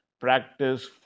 practice